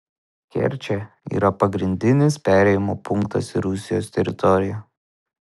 kerčė yra pagrindinis perėjimo punktas į rusijos teritoriją